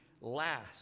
last